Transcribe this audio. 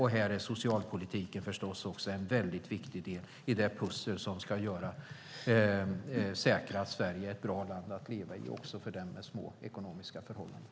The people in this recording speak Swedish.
Här är socialpolitiken förstås också en väldigt viktig del i det pussel som ska säkra att Sverige är ett bra land att leva i även för den under små ekonomiska förhållanden.